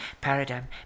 paradigm